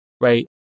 right